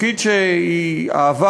תפקיד שהיא אהבה,